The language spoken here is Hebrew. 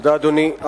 תודה, אדוני.